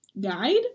guide